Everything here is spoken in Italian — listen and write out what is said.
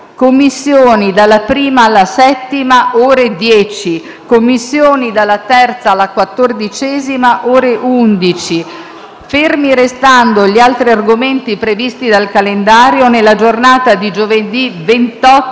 Commissioni dalla la alla 7a alle ore 10; Commissioni dalla 8a alla 14a alle ore 11. Fermi restando gli altri argomenti previsti dal calendario, nella giornata di giovedì 28